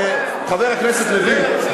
חבר הכנסת לוין,